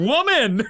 Woman